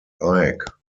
ike